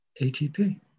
ATP